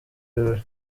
birori